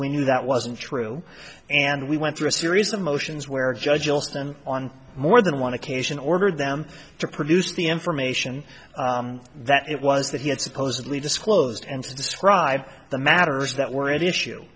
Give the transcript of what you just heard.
we knew that wasn't true and we went through a series of motions where judge olson on more than one occasion ordered them to produce the information that it was that he had supposedly disclosed and to describe the matters that were issue